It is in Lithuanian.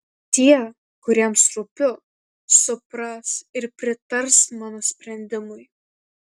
tie kuriems rūpiu supras ir pritars mano sprendimui